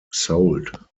sold